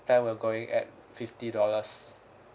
plan will going at fifty dollars